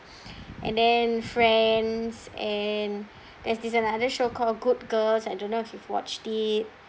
and then friends and there's this another show called good girls I don't know if you've watched it